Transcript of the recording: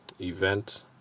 event